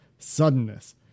suddenness